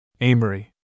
Amory